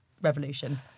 Revolution